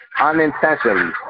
unintentionally